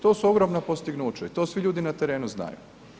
To su ogromna postignuća i to svi ljudi na terenu znaju.